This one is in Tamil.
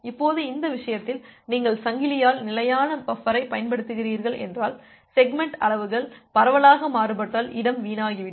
இப்போது இந்த விஷயத்தில் நீங்கள் சங்கிலியால் நிலையான பஃபரைப் பயன்படுத்துகிறீர்கள் என்றால் செக்மெண்ட் அளவுகள் பரவலாக மாறுபட்டால் இடம் வீணாகிவிடும்